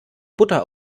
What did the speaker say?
butter